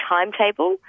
timetable